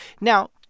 Now